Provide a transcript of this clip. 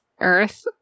earth